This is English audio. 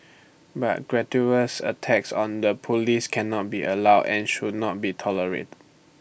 but gratuitous attacks on the Police cannot be allowed and should not be tolerated